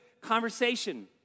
conversation